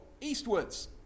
eastwards